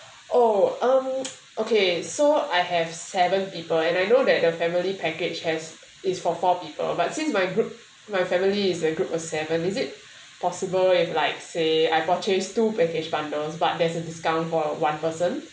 oh um okay so I have seven people and I know that the family package has is for four people but since my group my family's a group of seven is it possible if like say I purchase two package bundles but there is a discount for one person